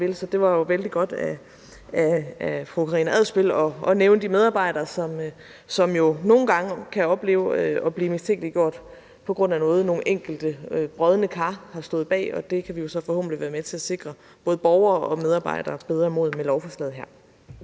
så det var jo vældig godt af fru Karina Adsbøl at nævne de medarbejdere, som nogle gange kan opleve at blive mistænkeliggjort på grund af noget, som nogle enkelte brodne kar har stået bag. Det kan vi så forhåbentlig være med til at sikre både borgere og medarbejdere bedre mod med lovforslaget her.